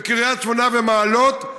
בקריית שמונה ומעלות,